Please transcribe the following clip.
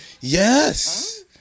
Yes